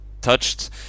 touched